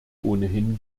ohnehin